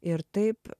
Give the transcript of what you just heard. ir taip